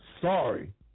sorry